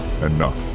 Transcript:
enough